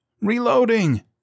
Reloading